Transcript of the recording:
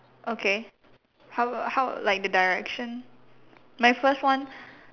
okay how how like the direction my first one